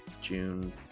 June